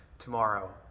tomorrow